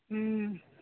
ও